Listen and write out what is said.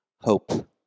hope